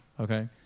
okay